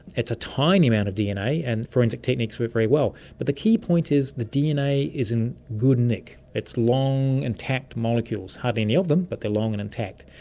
it's a tiny amount of dna and forensic techniques work very well. but the key point is the dna is in good nick, it's long, intact molecules, hardly any of them but they're long and intact.